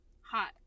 hot